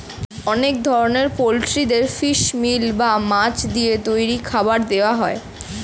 অনেক ধরনের পোল্ট্রিদের ফিশ মিল বা মাছ দিয়ে তৈরি খাবার দেওয়া হয়